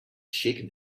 shaken